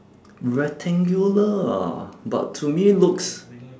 rectangular ah but to me looks